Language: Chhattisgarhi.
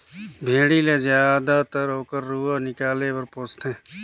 भेड़ी ल जायदतर ओकर रूआ निकाले बर पोस थें